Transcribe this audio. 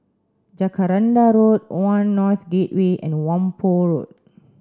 Jacaranda Road One North Gateway and Whampoa Road